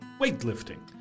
weightlifting